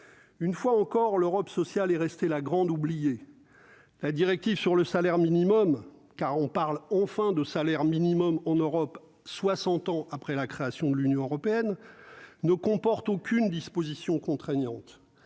une fois encore, l'Europe sociale est restée la grande oubliée la directive sur le salaire minimum, car on parle enfin de salaire minimum en Europe, 60 ans après la création de l'Union européenne ne comporte aucune disposition contraignante